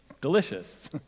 delicious